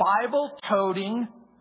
Bible-toting